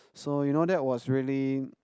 so you know that was really